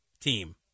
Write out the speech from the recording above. team